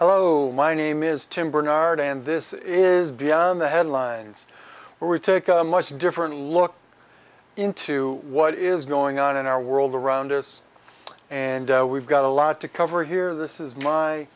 hello my name is tim barnard and this is beyond the headlines where we take a much different look into what is going on in our world around us and we've got a lot to cover here this is my